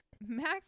max